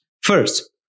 First